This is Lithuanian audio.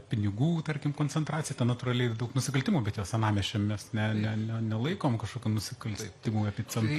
pinigų tarkim koncentracija ta natūrali ir daug nusikaltimų bet jau senamiesčio mes ne ne ne nelaikom kažkokio nusikaltimų epicentru